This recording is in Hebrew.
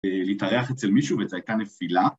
‫להתארח אצל מישהו, ‫וזה הייתה נפילה.